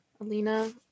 Alina